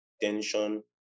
tension